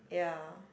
ya